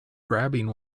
grabbing